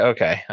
Okay